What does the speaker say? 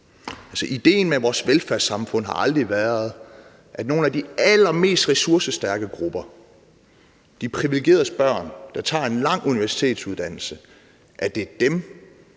ideen med vores velfærdssamfund har aldrig været, at nogle af de allermest ressourcestærke grupper, de privilegeredes børn, der tager en lang universitetsuddannelse, er dem,